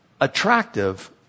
attractive